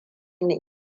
ni